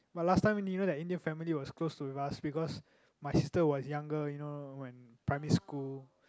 but last time you know that Indian family was close to us because my sister was younger you know when primary school